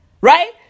Right